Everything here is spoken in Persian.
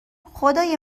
خدای